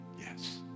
Yes